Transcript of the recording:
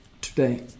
today